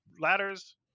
ladders